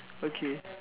okay